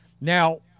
Now